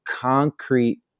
concrete